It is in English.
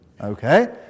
Okay